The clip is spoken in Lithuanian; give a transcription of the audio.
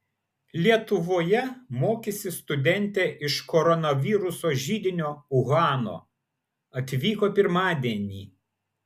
lietuvoje mokysis studentė iš koronaviruso židinio uhano atvyko pirmadienį